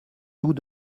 tout